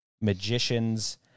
magicians